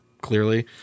clearly